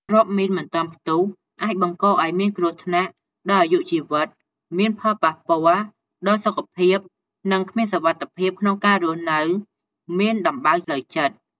គ្រាប់មីនមិនទាន់ផ្ទុះ អាចបង្ករឲ្យមានគ្រោះថ្នាក់ដល់អាយុជីវិត មានផលបោះះពាល់ដល់សុខភាព និង គ្មានសុវត្ថិភាពក្នុងការរស់នៅ មានដំបៅផ្លូវចិត្ត។